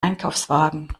einkaufswagen